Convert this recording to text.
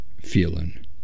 feeling